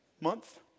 month